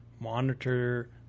monitor